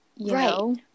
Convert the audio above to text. Right